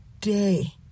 day